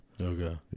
Okay